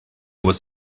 was